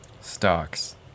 Stocks